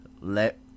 Let